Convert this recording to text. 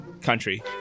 country